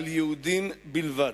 על יהודים בלבד.